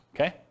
Okay